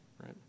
right